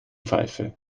pfeife